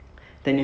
ஆமா:aama